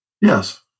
Yes